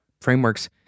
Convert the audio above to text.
frameworks